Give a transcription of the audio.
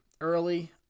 early